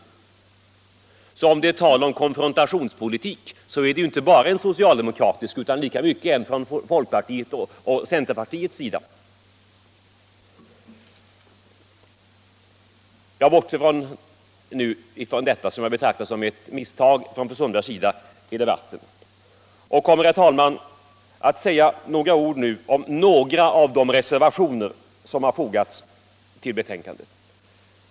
Om man alltså skall tala om konfrontationspolitik, så är det inte bara en socialdemokratisk utan lika mycket en folkpartistisk och centerpartistisk konfrontationspolitik. Jag skall emellertid bortse från detta, som jag betraktar som ett misstag i debatten från fru Sundbergs sida. I stället skall jag säga några ord om en del av de reservationer som är fogade till utskottets betänkande.